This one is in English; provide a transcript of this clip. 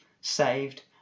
saved